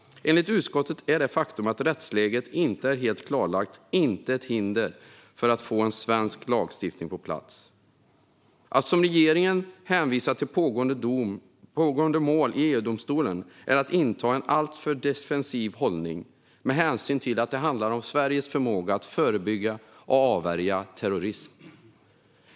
Enligt utskottet är det faktum att rättsläget inte är helt klarlagt inte ett hinder för att få en svensk lagstiftning på plats. Att, som regeringen, hänvisa till pågående mål i EU-domstolen är att inta en alltför defensiv hållning med hänsyn till att det handlar om Sveriges förmåga att förebygga och avvärja terrorism.